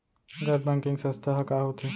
गैर बैंकिंग संस्था ह का होथे?